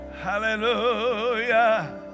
Hallelujah